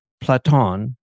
Platon